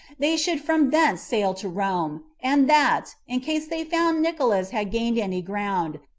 they should from thence sail to rome and that, in case they found nicolaus had gained any ground,